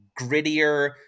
grittier